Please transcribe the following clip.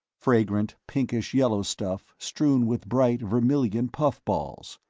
fragrant pinkish-yellow stuff strewn with bright vermilion puff-balls.